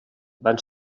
van